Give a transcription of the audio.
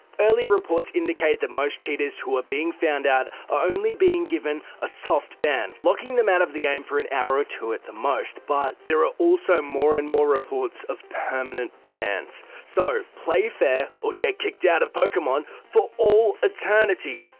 early reports indicate that most cheaters who are being found out are only being given a soft ban, locking them out of the game for an hour or two at the most. but there are also more and more reports of permanent bans. so, play fair, or get kicked out of pokemon for all eternity.